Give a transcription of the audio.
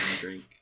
drink